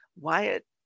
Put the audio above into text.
Wyatt